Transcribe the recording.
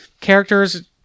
characters